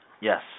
Yes